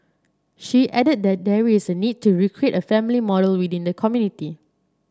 she added that there is a need to recreate a family model within the community